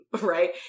right